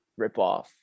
ripoff